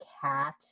cat